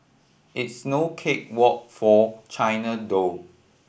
it's no cake walk for China though